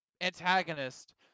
antagonist